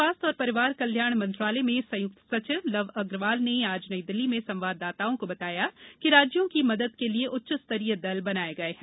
स्वास्थ्य और परिवार कल्याण मंत्रालय में संयुक्त सचिव लव अग्रवाल ने आज नई दिल्ली में संवाददाताओं को बताया कि राज्यों की मदद के लिये उच्चस्तरीय दल बनाये गये हैं